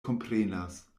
komprenas